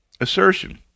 assertion